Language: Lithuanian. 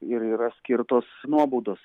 ir yra skirtos nuobaudos